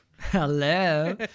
Hello